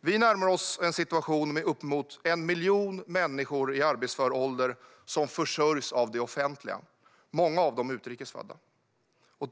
Vi närmar oss en situation med uppemot 1 miljon människor i arbetsför ålder som försörjs av det offentliga, många av dem utrikes födda.